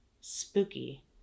spooky